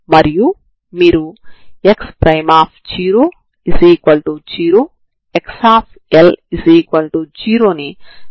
అందువల్ల ఇది కొత్త చరరాశులలో మొదటి ప్రారంభ నియమం అవుతుంది